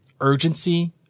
urgency